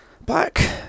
Back